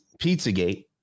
Pizzagate